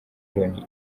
loni